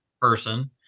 person